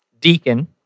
deacon